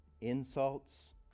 insults